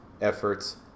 efforts